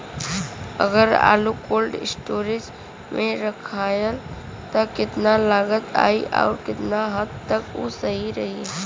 अगर आलू cold storage में रखायल त कितना लागत आई अउर कितना हद तक उ सही रही?